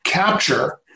capture